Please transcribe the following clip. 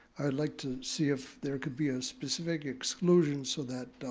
i'd like to see if there could be a specific exclusion so that